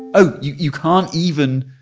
oh, you can't even.